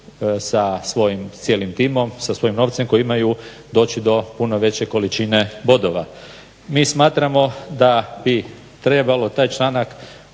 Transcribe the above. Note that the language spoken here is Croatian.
sa svojim cijelim timom, sa svojim novcem koji imaju doći do puno veće količine bodova. Mi smatramo da bi trebalo taj članak